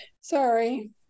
Sorry